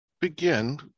begin